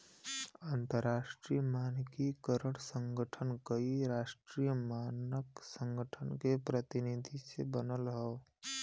अंतरराष्ट्रीय मानकीकरण संगठन कई राष्ट्रीय मानक संगठन के प्रतिनिधि से बनल हौ